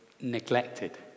neglected